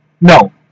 No